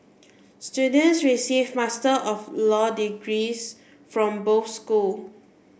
students receive Master of Law degrees from both school